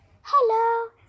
Hello